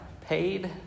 paid